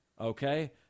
okay